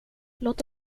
låt